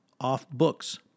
off-books